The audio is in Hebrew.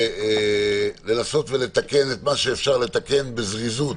לנסות ולתקן, מה שאפשר לתקן, בזריזות,